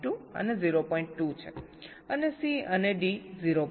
2 છે અને C અને D 0